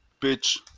bitch